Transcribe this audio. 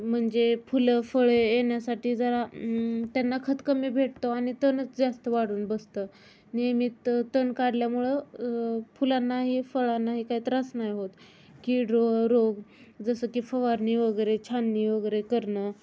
म्हणजे फुलं फळे येण्यासाठी जरा त्यांना खत कमी भेटतो आणि तणच जास्त वाढून बसतं नियमित तण काढल्यामुळं फुलांनाही फळांनाही काय त्रास नाही होत कीड र रोग जसं की फवारणी वगैरे छाननी वगैरे करणं